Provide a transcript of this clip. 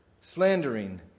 slandering